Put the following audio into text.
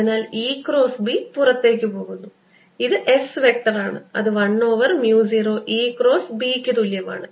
അതിനാൽ E cross B പുറത്തേക്ക് പോകുന്നു ഇത് S വെക്റ്റർ ആണ് അത് 1 over mu 0 E cross B ക്ക് തുല്യമാണ്